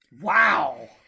Wow